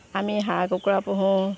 আমি হাঁহ কুকুৰা পোহোঁ